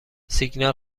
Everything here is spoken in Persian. سیگنال